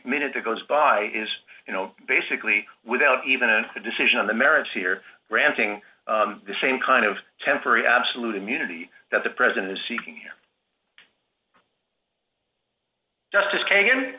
minute that goes by is you know basically without even a decision on the merits here granting the same kind of temporary absolute immunity that the president is seeking justice kagan